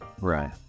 Right